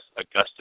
Augustus